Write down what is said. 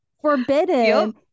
forbidden